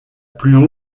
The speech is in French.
plus